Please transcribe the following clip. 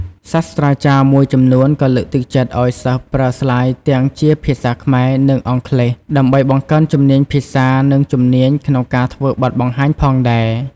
សាស្ត្រាចារ្យមួយចំនួនក៏លើកទឹកចិត្តឱ្យសិស្សប្រើស្លាយទាំងជាភាសាខ្មែរ និងអង់គ្លេស ដើម្បីបង្កើនជំនាញភាសា និងជំនាញក្នុងការធ្វើបទបង្ហាញផងដែរ។